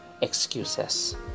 excuses